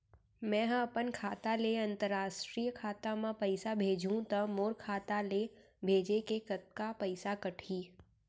मै ह अपन खाता ले, अंतरराष्ट्रीय खाता मा पइसा भेजहु त मोर खाता ले, भेजे के कतका पइसा कटही?